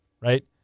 right